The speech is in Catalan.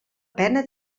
pena